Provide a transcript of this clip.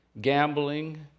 gambling